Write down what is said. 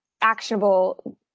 actionable